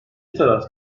taraf